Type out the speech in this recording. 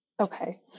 Okay